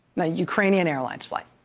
a ukrainian airlines flight.